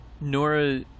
Nora